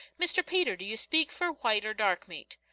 mr. peter, do you speak for white or dark meat?